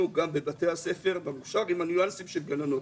גם בבתי הספר במוכשר עם הניואנסים של גננות.